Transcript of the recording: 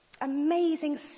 Amazing